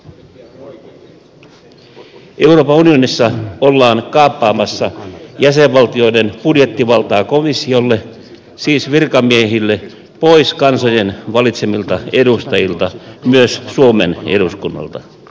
euroopan unionissa ollaan kaappaamassa jäsenvaltioiden budjettivaltaa komissiolle siis virkamiehille pois kansojen valitsemilta edustajilta myös suomen eduskunnalta